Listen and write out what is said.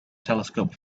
telescope